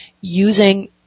using